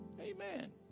Amen